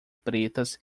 pretas